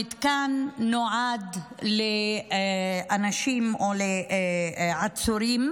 המתקן נועד לאנשים או לעצורים,